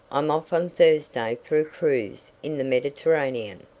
i'm off on thursday for a cruise in the mediterranean.